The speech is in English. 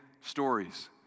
stories